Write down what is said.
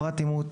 "פרט אימות",